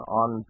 on